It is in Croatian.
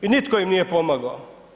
I nitko im nije pomogao.